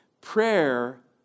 Prayer